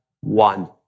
one